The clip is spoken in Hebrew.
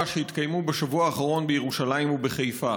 שהתקיימו בשבוע האחרון בירושלים ובחיפה.